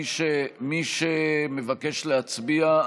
מי שמבקש להצביע,